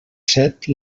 set